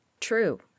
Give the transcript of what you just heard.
True